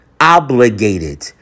obligated